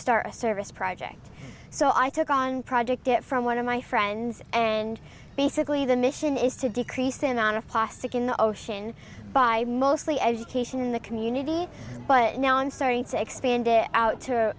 start a service project so i took on project get from one of my friends and basically the mission is to decrease in on of plastic in the ocean by mostly education in the community but now i'm starting to expand it out